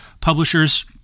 Publishers